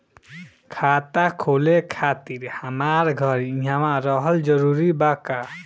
खाता खोले खातिर हमार घर इहवा रहल जरूरी बा का?